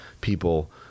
people